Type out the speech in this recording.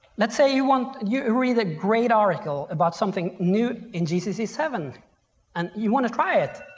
let's say you want, and you read a great article about something new in gcc seven and you want to try it,